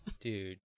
Dude